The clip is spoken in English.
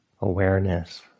awareness